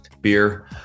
beer